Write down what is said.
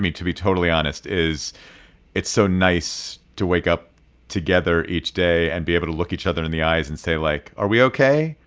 to be totally honest, is it's so nice to wake up together each day and be able to look each other in the eyes and say, like, are we ok?